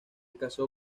casó